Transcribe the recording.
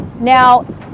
Now